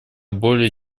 более